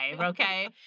Okay